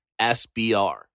SBR